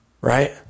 right